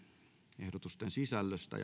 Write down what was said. lakiehdotusten sisällöstä